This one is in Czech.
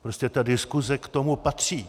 Prostě ta diskuse k tomu patří.